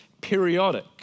periodic